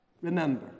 remember